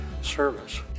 service